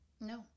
No